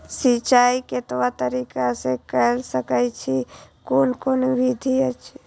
सिंचाई कतवा तरीका स के कैल सकैत छी कून कून विधि अछि?